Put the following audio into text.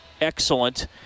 excellent